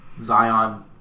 Zion